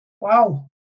wow